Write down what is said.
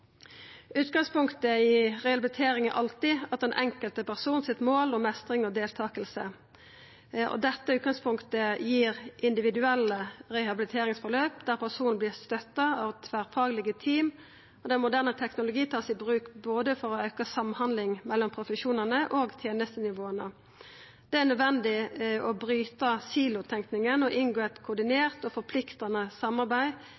Utgangspunktet i rehabilitering er alltid den enkelte person sitt mål og meistring og deltaking. Dette utgangspunktet gir individuelle rehabiliteringsforløp der personen vert støtta av tverrfaglege team, og der moderne teknologi vert tatt i bruk både for å auka samhandlinga mellom profesjonane og mellom tenestenivåa. Det er nødvendig å bryta silotenkinga og inngå eit koordinert og forpliktande samarbeid